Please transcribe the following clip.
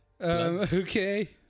Okay